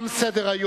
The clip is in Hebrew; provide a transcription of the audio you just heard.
ועדת הכנסת קבעה